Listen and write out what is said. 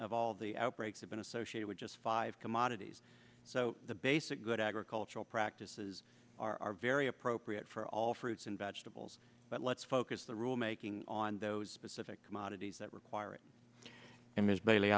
of all the outbreaks have been associated with just five commodities so the basic good agricultural practices are very appropriate for all fruits and vegetables but let's focus the rulemaking on those specific commodities that require it